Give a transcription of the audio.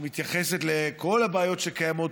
שמתייחסת לכל הבעיות שקיימות,